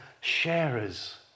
sharers